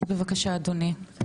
בבקשה אדוני.